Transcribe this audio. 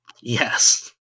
Yes